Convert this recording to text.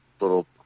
little